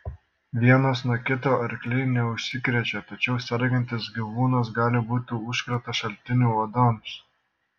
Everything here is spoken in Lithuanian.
vienas nuo kito arkliai neužsikrečia tačiau sergantis gyvūnas gali būti užkrato šaltiniu uodams